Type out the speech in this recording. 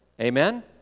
Amen